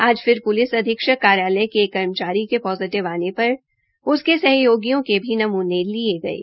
आज फिर प्लिस अधीक्षक कार्यालय के एक कर्मचारी के पोजिटिव आने पर उसके सहयोगियों के भी नमूने लिये जा रहे है